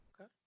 Okay